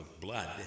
blood